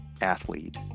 Athlete